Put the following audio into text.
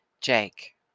Jake